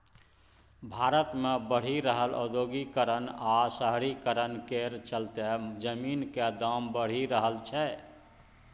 भारत मे बढ़ि रहल औद्योगीकरण आ शहरीकरण केर चलते जमीनक दाम बढ़ि रहल छै